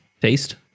Taste